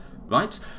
right